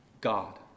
God